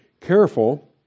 careful